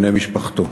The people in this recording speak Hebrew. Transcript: בני משפחתו.